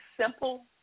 simple